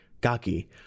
Gaki